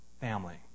family